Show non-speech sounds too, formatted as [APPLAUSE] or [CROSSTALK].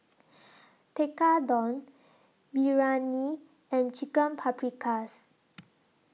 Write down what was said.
[NOISE] Tekkadon Biryani and Chicken Paprikas